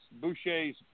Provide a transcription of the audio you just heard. Boucher's